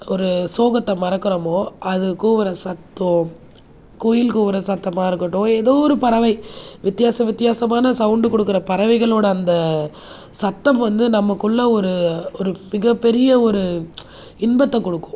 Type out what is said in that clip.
ஒரு சோகத்தை மறக்கிறமோ அது கூவுகிற சத்தம் குயில் கூவுகிற சத்தமாக இருக்கட்டும் ஏதோ ஒரு பறவை வித்தியாச வித்தியாசமான சவுண்ட் கொடுக்குற பறவைகளோடய அந்த சத்தம் வந்து நமக்குள்ளே ஒரு ஒரு மிகப்பெரிய ஒரு இன்பத்தை கொடுக்கும்